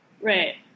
Right